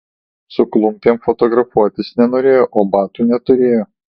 su klumpėm fotografuotis nenorėjo o batų neturėjo